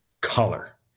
Color